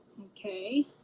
Okay